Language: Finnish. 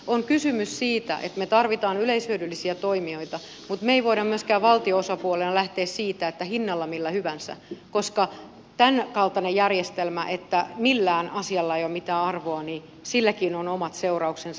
on kysymys siitä että me tarvitsemme yleishyödyllisiä toimijoita mutta me emme voi myöskään valtio osapuolena lähteä siitä että hinnalla millä hyvänsä koska tämänkaltaisellakin järjestelmällä että millään asialla ei ole mitään arvoa on omat seurauksensa